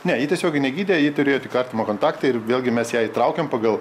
ne ji tiesiogiai negydė ji turėjo tik artimą kontaktą ir vėlgi mes ją įtraukėm pagal